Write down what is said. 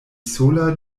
sola